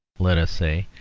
let us say,